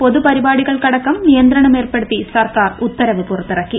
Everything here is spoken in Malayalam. പൊതു പ്രിപ്പാടികൾക്ക് അടക്കം നിയന്ത്രണം ഏർപ്പെടുത്തി സർക്കാർ ഉത്തരവ് പുറത്തിറക്കി